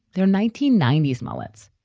they're nineteen ninety s mullet's